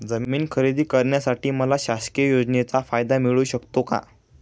जमीन खरेदी करण्यासाठी मला शासकीय योजनेचा फायदा मिळू शकतो का?